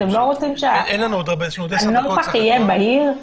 אתם לא רוצים שהנוסח יהיה בהיר?